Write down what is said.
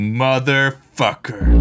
motherfucker